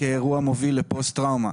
כאירוע מוביל לפוסט טראומה,